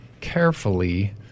carefully